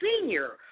senior